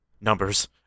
numbers